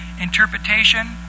Interpretation